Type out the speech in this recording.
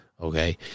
Okay